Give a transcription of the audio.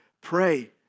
pray